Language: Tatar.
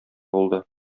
булды